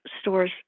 stores